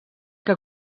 que